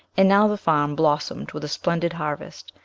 and now the farm blossomed with a splendid harvest,